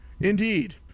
Indeed